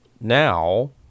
Now